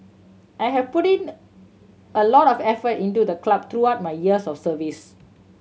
I have putting the a lot of effort into the club throughout my years of service